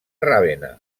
ravenna